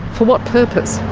for what purpose?